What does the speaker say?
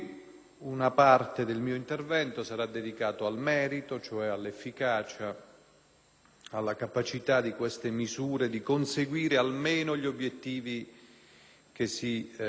alla capacità di queste misure di conseguire almeno gli obiettivi che il provvedimento si prefigge. Ancora una volta, anche in questa circostanza, sono preoccupato